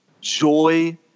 joy